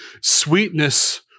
sweetness